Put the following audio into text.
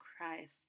Christ